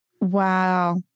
Wow